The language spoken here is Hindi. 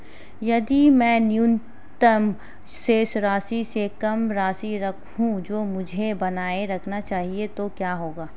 यदि मैं न्यूनतम शेष राशि से कम राशि रखूं जो मुझे बनाए रखना चाहिए तो क्या होगा?